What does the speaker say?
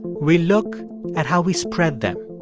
we look at how we spread them,